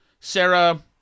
Sarah